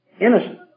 Innocent